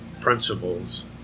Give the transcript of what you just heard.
principles